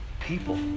people